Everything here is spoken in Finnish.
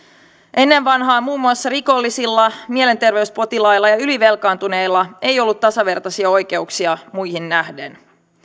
ennen vanhaan muun muassa rikollisilla mielenterveyspotilailla ja ylivelkaantuneilla ei ollut tasavertaisia oikeuksia muihin nähden